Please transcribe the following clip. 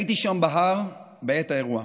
הייתי שם, בהר, בעת האירוע.